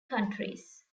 countries